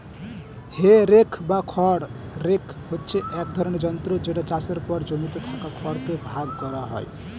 হে rake বা খড় rake হচ্ছে এক ধরণের যন্ত্র যেটা চাষের পর জমিতে থাকা খড় কে ভাগ করা হয়